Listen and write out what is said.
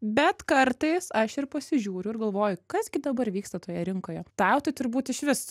bet kartais aš ir pasižiūriu ir galvoju kas gi dabar vyksta toje rinkoje tau tai turbūt iš vis